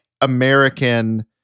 American